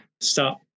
stop